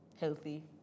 Healthy